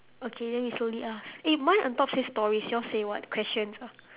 okay then we slowly ask eh my on top say stories yours say what questions ah